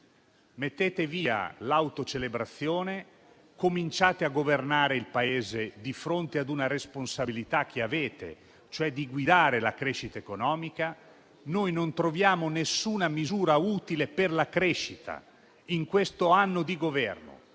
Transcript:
Mettete via l'autocelebrazione, cominciate a governare il Paese di fronte ad una responsabilità che avete, quella di guidare la crescita economica. Non troviamo alcuna misura utile per la crescita in questo anno di Governo.